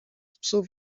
psów